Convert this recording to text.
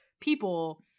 people